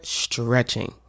stretching